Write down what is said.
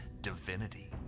divinity